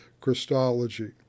Christology